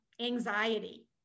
anxiety